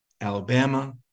Alabama